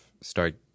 start